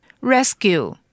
Rescue